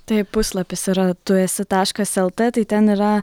taip puslapis yra tu esi taškas lt tai ten yra